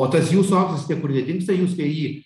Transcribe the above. o tas jūsų auksas niekur nedingsta jūs kai jį